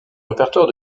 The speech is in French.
répertoire